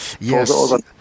yes